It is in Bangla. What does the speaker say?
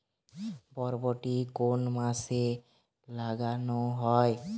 বরবটি কোন মাসে লাগানো হয়?